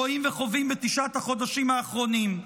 רואים וחווים בתשעת החודשים האחרונים.